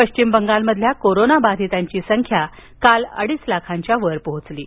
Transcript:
पश्चिम बंगालमधील कोरोना बाधितांची संख्या काल अडीच लाखांच्या वर पोहोचली आहे